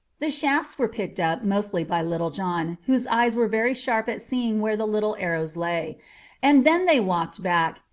the shafts were picked up, mostly by little john, whose eyes were very sharp at seeing where the little arrows lay and then they walked back,